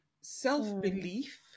self-belief